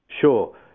Sure